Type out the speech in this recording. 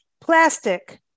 plastic